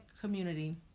community